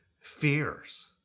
fears